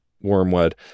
Wormwood